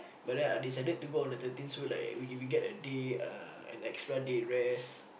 but then I decided to go on the thirteen so like we we get a day uh an extra day rest